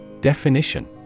Definition